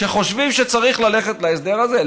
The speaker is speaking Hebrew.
שחושבים שצריך ללכת להסדר הזה.